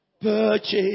purchase